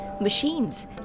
machines